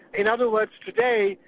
in other words today,